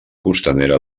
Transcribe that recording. costanera